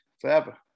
forever